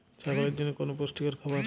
ছাগলের জন্য কোনটি পুষ্টিকর খাবার?